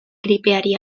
gripeari